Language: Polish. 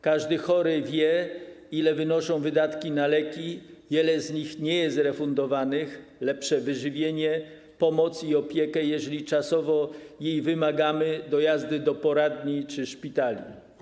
Każdy chory wie, ile wynoszą wydatki na leki - wiele z nich nie jest refundowanych - lepsze wyżywienie, pomoc i opiekę, jeżeli czasowo jej wymagamy, dojazdy do poradni czy szpitali.